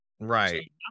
right